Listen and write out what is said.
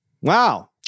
Wow